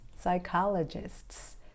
psychologists